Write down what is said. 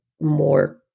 more